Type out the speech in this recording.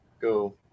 go